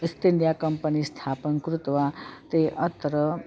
east India company स्थापनं कृत्वा ते अत्र